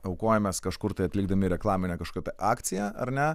aukojamės kažkur tai atlikdami reklaminę kažkokią tai akciją ar ne